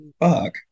Fuck